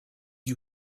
you